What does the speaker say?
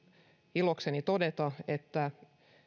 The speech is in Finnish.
ilokseni todeta että